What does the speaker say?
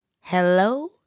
Hello